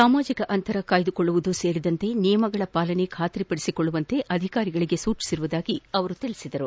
ಸಾಮಾಜಿಕ ಅಂತರ ಕಾಯ್ದುಕೊಳ್ಳುವುದು ಸೇರಿದಂತೆ ನಿಯಮಗಳ ಪಾಲನೆ ಖಾತ್ರಿಪಡಿಸಿಕೊಳ್ಳುವಂತೆ ಅಧಿಕಾರಿಗಳಿಗೆ ಸೂಚಿಸಲಾಗಿದೆ ಎಂದರು